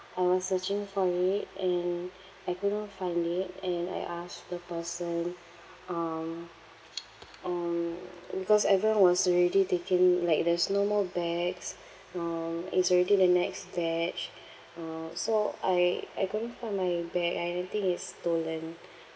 I was searching for it and I could not find it and I asked the person um um because everyone was already taken like there's no more bags um it's already the next batch uh so I I couldn't find my bag I didn't think it's stolen